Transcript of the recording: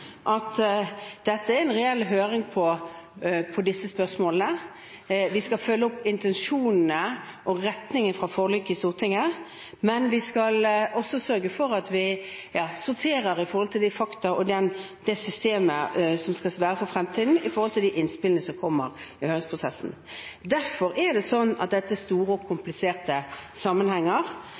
at dette er en reell høring om disse spørsmålene. Vi skal følge opp intensjonene i og retningen fra forliket i Stortinget, men vi skal også sørge for at vi sorterer – ut fra de fakta og det systemet som skal være for fremtiden – de innspillene som er kommet i høringsprosessen. Derfor er dette store og kompliserte sammenhenger. Jeg mener at det er